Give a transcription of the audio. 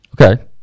Okay